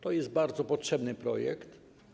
To jest bardzo potrzebny projekt.